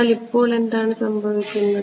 എന്നാൽ ഇപ്പോൾ എന്താണ് സംഭവിക്കുന്നത്